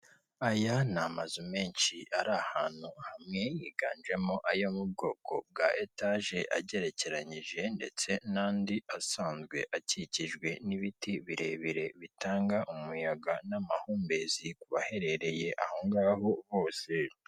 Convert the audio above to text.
Iminara ibiri yifashishwa mu itumanaho hirya nohino mu gihugu, iziritseho insinga ziri mu ibara ry'umukara, ndetse iminara ikoze mu byuma bisize amarange y'umutuku ndetse n'umweru.